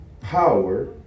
power